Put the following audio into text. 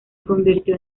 convirtió